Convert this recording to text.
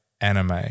anime